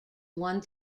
one